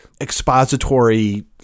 expository